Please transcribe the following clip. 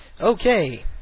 Okay